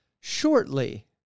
shortly